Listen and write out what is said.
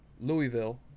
Louisville